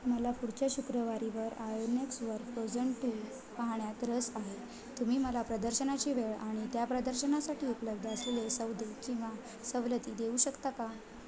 मला पुढच्या शुक्रवारीवर आयोनेक्सवर फ्रोझन टू पाहण्यात रस आहे तुम्ही मला प्रदर्शनाची वेळ आणि त्या प्रदर्शनासाठी उपलब्ध असलेले सौदे किंवा सवलती देऊ शकता का